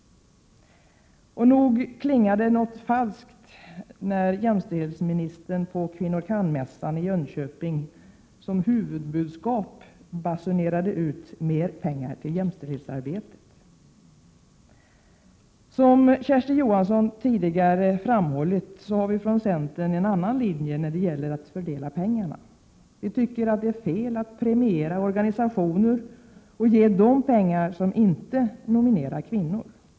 Nog klingade det något falskt då jämställdhetsministern på Kvinnor kan-mässan i Jönköping som huvudbudskap basunerade ut att mer pengar till jämställdhetsarbetet skulle anslås. Som Kersti Johansson tidigare framhållit har vi i centern gått på en annan linje när det gäller att fördela pengarna. Det är fel att premiera och ge pengar till organisationer som inte nominerar kvinnor.